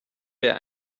der